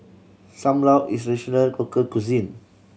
Sam Lau is a traditional local cuisine